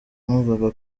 numvaga